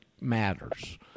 matters